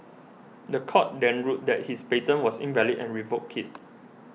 the court then ruled that his patent was invalid and revoked it